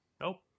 Nope